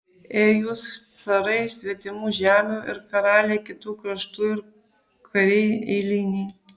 ei jūs carai svetimų žemių ir karaliai kitų kraštų ir kariai eiliniai